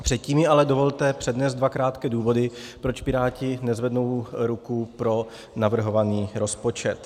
Předtím mi ale dovolte přednést dva krátké důvody, proč Piráti nezvednou ruku pro navrhovaný rozpočet.